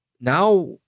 Now